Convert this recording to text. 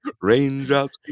raindrops